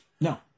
No